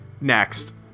Next